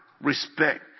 Respect